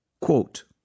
Quote